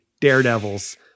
daredevils